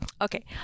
Okay